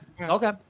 okay